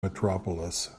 metropolis